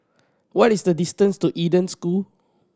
what is the distance to Eden School